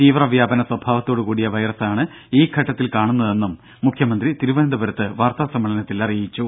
തീവ്രവ്യാപന സ്വഭാവത്തോടുകൂടിയ വൈറസാണ് ഈ ഘട്ടത്തിൽ കാണുന്നതെന്നും മുഖ്യമന്ത്രി തിരുവനന്തപുരത്ത് വാർത്താ സമ്മേളനത്തിൽ അറിയിച്ചു